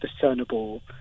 discernible